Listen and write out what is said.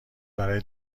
برای